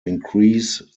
increase